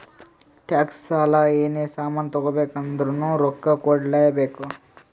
tax, ಸಾಲ, ಏನೇ ಸಾಮಾನ್ ತಗೋಬೇಕ ಅಂದುರ್ನು ರೊಕ್ಕಾ ಕೂಡ್ಲೇ ಬೇಕ್